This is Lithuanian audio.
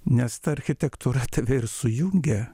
nes ta architektūra tave ir sujungia